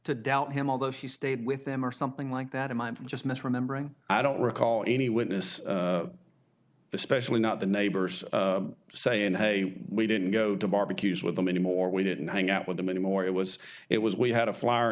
to doubt him although she stayed with them or something like that i'm i'm just misremembering i don't recall any witness especially not the neighbors saying hey we didn't go to barbecues with them anymore we didn't hang out with them anymore it was it was we had a flyer